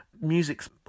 Music's